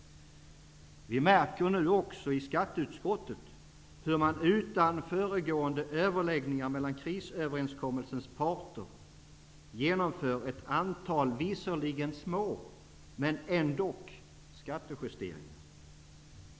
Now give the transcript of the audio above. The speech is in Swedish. Vi märker nu också i skatteutskottet hur man utan föregående överläggningar mellan krisöverenskommelsens parter genomför ett antal - visserligen små, men ändock - skattesänkningar.